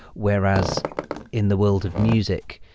whereas in the world of music,